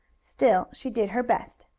still she did her best.